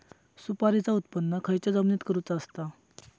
सुपारीचा उत्त्पन खयच्या जमिनीत करूचा असता?